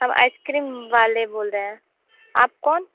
हम आइसक्रीम बाले बोल रहे हैं आप कौन